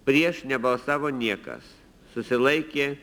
prieš nebalsavo niekas susilaikė